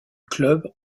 club